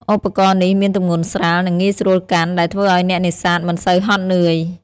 ឧបករណ៍នេះមានទម្ងន់ស្រាល និងងាយស្រួលកាន់ ដែលធ្វើឲ្យអ្នកនេសាទមិនសូវហត់នឿយ។